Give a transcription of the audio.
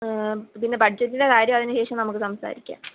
പിന്നെ ബഡ്ജറ്റിൻ്റെ കാര്യം അതിന് ശേഷം നമുക്ക് സംസാരിക്കാം